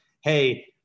hey –